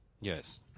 Yes